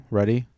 Ready